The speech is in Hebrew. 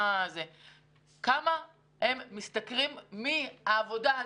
כמה הם משתכרים מן העבודה הזאת?